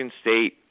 State